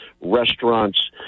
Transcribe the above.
restaurants